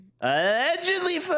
Allegedly